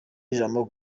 ijambo